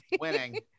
winning